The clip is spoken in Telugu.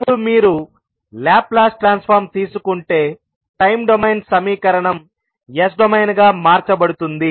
ఇప్పుడు మీరు లాప్లాస్ ట్రాన్స్ఫార్మ్ తీసుకుంటే టైమ్ డొమైన్ సమీకరణం S డొమైన్ గా మార్చబడుతుంది